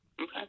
Okay